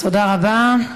תודה רבה.